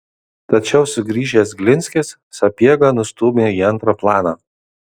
tačiau sugrįžęs glinskis sapiegą nustūmė į antrą planą